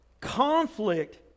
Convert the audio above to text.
conflict